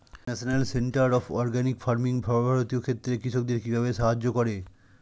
National centre of organic farming সর্বভারতীয় ক্ষেত্রে কৃষকদের কিভাবে সাহায্য করে?